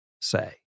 say